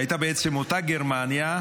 שהייתה בעצם אותה גרמניה,